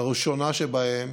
הראשונה שבהן,